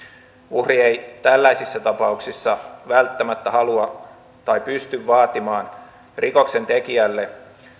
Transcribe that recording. uhri ei tällaisissa tapauksissa välttämättä halua tai pysty vaatimaan rikoksentekijälle